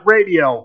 Radio